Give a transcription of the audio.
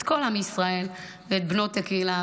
את כל עם ישראל ואת בנות הקהילה,